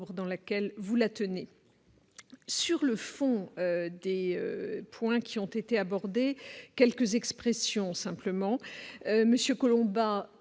dans laquelle vous la tenez sur le fond des points qui ont été abordés quelques expressions simplement Monsieur Collombat,